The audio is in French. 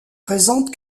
présentent